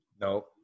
No